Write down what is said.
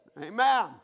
Amen